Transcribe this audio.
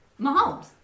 Mahomes